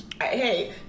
Hey